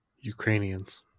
Ukrainians